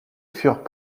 furent